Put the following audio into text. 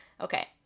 Okay